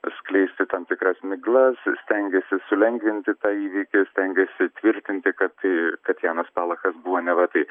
skleisti tam tikras miglas stengėsi sulengvinti tą įvykį stengėsi tvirtinti kad kad janas palachas buvo neva tai